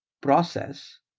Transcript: process